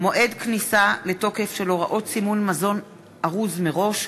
מועד כניסה לתוקף של הוראות סימון מזון ארוז מראש,